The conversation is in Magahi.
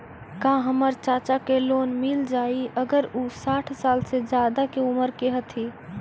का हमर चाचा के लोन मिल जाई अगर उ साठ साल से ज्यादा के उमर के हथी?